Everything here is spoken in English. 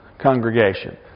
congregation